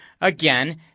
again